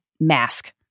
mask